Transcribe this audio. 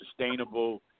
sustainable